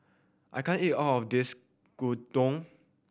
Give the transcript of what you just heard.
I can't eat all of this Gyudon